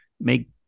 make